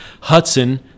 Hudson